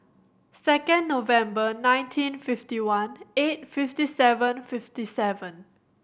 second November nineteen fifty one eight fifty seven fifty seven